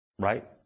Right